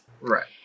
Right